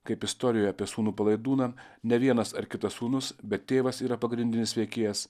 kaip istorijoje apie sūnų palaidūną ne vienas ar kitas sūnus bet tėvas yra pagrindinis veikėjas